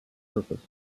purpose